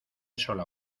sola